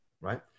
right